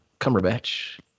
Cumberbatch